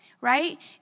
right